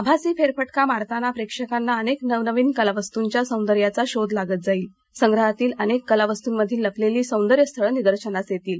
आभासी फेरफटका मारताना प्रेक्षकांना अनेक नवनवीन कलावस्तूंच्या सोंदर्याचा शोध लागत जाईल मौल्यवान संग्रहातील अनेक कलावस्तूंमधील लपलेली सौंदर्यस्थळे निदर्शनास येतील